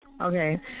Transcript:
Okay